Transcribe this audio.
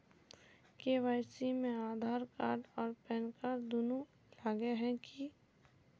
KYC में Aadhaar card आर PAN card दुनू लगे है की?